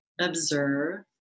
observe